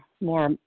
more